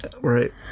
right